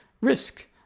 risk